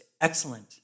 excellent